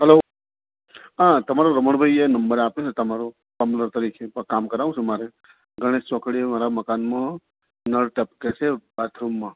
hello હા તમારો રમણભાઈએ નંબર આપ્યો તમારો પ્લંબર તરીકે એકવાર કામ કરાવવું છે મારે ગણેશ ચોકડીએ મારા મકાનમાં નળ ટપકે છે બાથરૂમમાં